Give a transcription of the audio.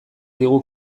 digu